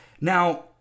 Now